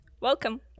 Welcome